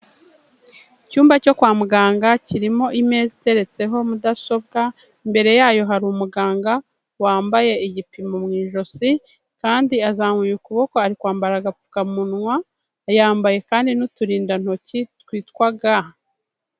Icyumba cyo kwa muganga, kirimo imeza iteretseho mudasobwa, imbere yayo hari umuganga wambaye igipimo mu ijosi kandi azamuye ukuboko ari kwambara agapfukamunwa, yambaye kandi n'uturindantoki twitwa ga.